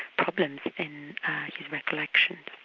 problems in his recollections.